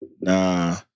Nah